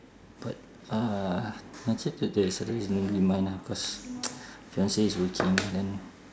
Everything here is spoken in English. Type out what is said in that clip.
but uh today saturdays I don't really mind ah cause fiance is working then